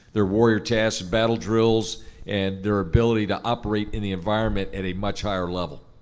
their warrior tasks, battle drills and their ability to operate in the environment at a much higher level.